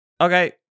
okay